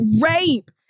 rape